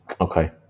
Okay